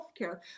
healthcare